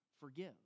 forgive